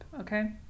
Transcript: Okay